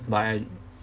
but